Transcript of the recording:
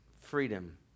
freedom